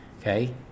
okay